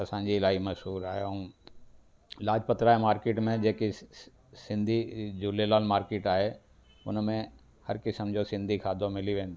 असांजी इलाही मशहूरु आहे ऐं लाजपत राए मार्केट में जेकी सिंधी झूलेलाल मार्केट आहे हुनमें हर किस्मु जो सिंधी खाधो मिली वेंदो आहे